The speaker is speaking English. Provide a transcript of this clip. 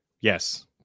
Yes